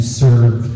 serve